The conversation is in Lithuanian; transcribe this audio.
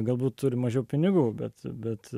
galbūt turi mažiau pinigų bet bet